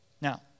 Now